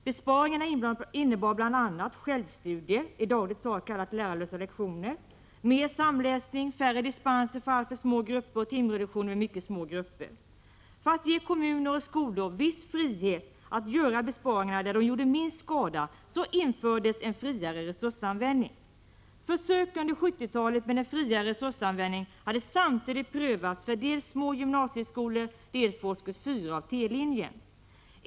Besparingarna innebar bl.a. självstudier, i dagligt tal kallat lärarlösa lektioner, mer samläsning, färre dispenser för alltför små grupper och timreduktioner vid mycket små grupper. För att ge kommuner och skolor viss frihet att göra besparingarna där de gjorde minst skada infördes en friare resursanvändning. Försök under 1970-talet med friare resursanvändning hade samtidigt prövats för dels små gymnasieskolor, dels årskurs 4 av T-linjen.